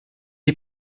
die